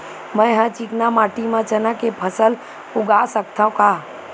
मै ह चिकना माटी म चना के फसल उगा सकथव का?